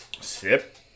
Sip